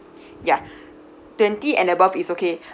ya twenty and above is okay